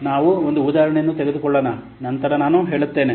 ನಾವು ಒಂದು ಉದಾಹರಣೆಯನ್ನು ತೆಗೆದುಕೊಳ್ಳೋಣ ನಂತರ ನಾನು ಹೇಳುತ್ತೇನೆ